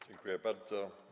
Dziękuję bardzo.